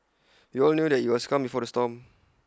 we all knew that IT was calm before the storm